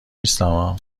نیستما